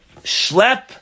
schlep